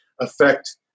affect